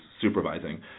supervising